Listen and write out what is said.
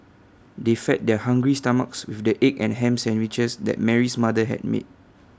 they fed their hungry stomachs with the egg and Ham Sandwiches that Mary's mother had made